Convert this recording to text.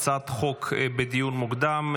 הצעת חוק בדיון מוקדם.